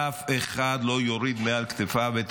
אף אחד לא יוריד מעל כתפיו את